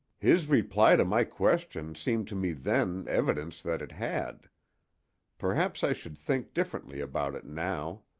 his reply to my question seemed to me then evidence that it had perhaps i should think differently about it now.